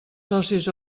socis